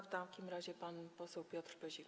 W takim razie pan poseł Piotr Pyzik.